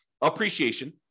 Appreciation